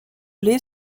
lait